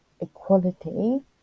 equality